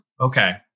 Okay